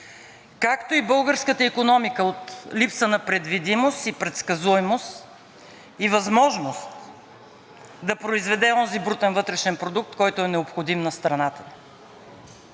както и българската икономика от липса на предвидимост и предсказуемост и възможност да произведе онзи брутен вътрешен продукт, който е необходим на страната.